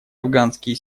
афганские